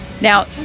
now